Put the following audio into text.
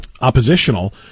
oppositional